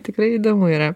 tikrai įdomu yra